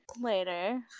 later